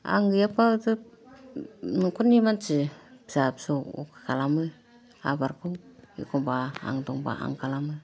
आं गैयाबाथ' न'खरनि मानसि फिसा फिसौ खालामो आबादखौ एखमबा आं दंबा आं खालामो